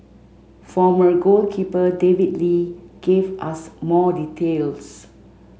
former goalkeeper David Lee gave us more details